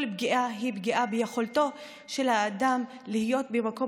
כל פגיעה היא פגיעה ביכולתו של האדם להיות במקום